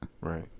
right